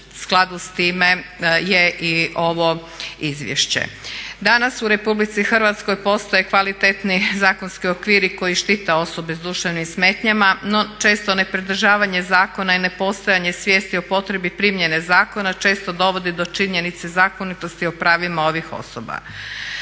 u skladu s time je i ovo izvješće. Danas u RH postoje kvalitetni zakonski okviri koji štite osobe sa duševnim smetnjama no često ne pridržavanje zakona i nepostojanje svijesti o potrebi primjene zakona često dovodi do činjenice zakonitosti o pravima ovih osoba.